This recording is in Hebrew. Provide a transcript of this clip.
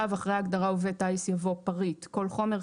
(ו) אחרי הגדרה "עובד טיס" יבוא: ""פריט" - כל חומר,